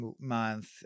month